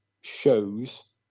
shows